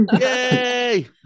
Yay